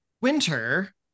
Winter